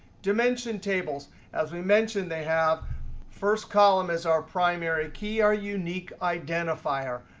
dimension tables as we mentioned, they have first column is our primary key or unique identifier.